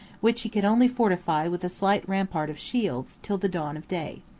which he could only fortify with a slight rampart of shields, till the dawn of day.